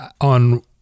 on